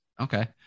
Okay